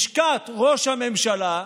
לשכת ראש הממשלה,